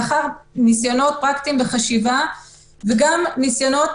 מאחוריה ניסיונות פרקטיים וחשיבה וגם ניסיונות